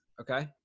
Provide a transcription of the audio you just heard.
okay